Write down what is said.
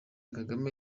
kagame